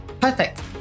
Perfect